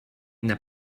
n’a